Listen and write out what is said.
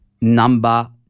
number